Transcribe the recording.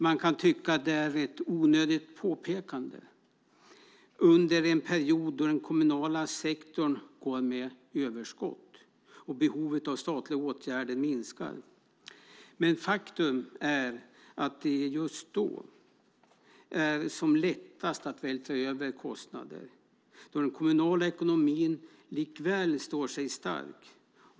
Man kan tycka att det är ett onödigt påpekande under en period då den kommunala sektorn går med överskott och behovet av statliga åtgärder minskar, men faktum är att det är just då som det är lättast att vältra över kostnader då den kommunala ekonomin likväl står stark.